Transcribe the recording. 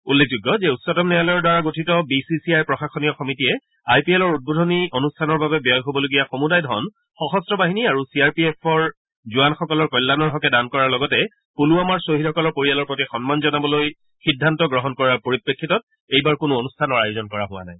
উল্লেখযোগ্য যে উচ্চতম ন্যায়ালয়ৰ দ্বাৰা গঠিত বি চি আইৰ প্ৰশাসনীয় সমিতিয়ে আই পি এলৰ উদ্বোধনী অনুষ্ঠানৰ বাবে ব্যয় হ'বলগীয়া সমূদায় ধন সশস্ত্ৰ বাহিনী আৰু চি আৰ পি এফ জোৱানসকলৰ কল্যাণৰ হকে দান কৰাৰ লগতে পূলৱামাৰ ছহিদসকলৰ পৰিয়ালৰ প্ৰতি সন্মান জনাবলৈ সিদ্ধান্ত গ্ৰহণ কৰাৰ পৰিপ্ৰেক্ষিতত এইবাৰ কোনো অনুষ্ঠানৰ আয়োজন কৰা হোৱা নাই